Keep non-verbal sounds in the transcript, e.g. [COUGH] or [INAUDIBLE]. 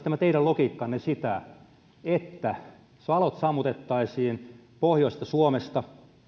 [UNINTELLIGIBLE] tämä teidän logiikkannehan tarkoittaisi sitä että valot sammutettaisiin pohjoisesta suomesta